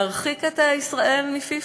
להרחיק את ישראל מפיפ"א.